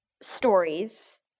Stories